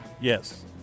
Yes